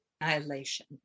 Annihilation